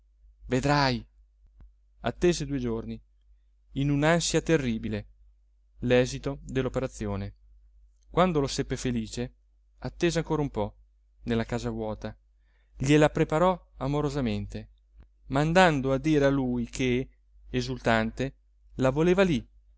vedrai attese due giorni in un'ansia terribile l'esito dell'operazione quando lo seppe felice attese ancora un po nella casa vuota gliela preparò amorosamente mandando a dire a lui che esultante la voleva lì